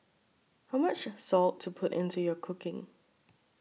how much salt to put into your cooking